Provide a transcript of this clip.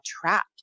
trapped